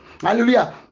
Hallelujah